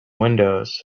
windows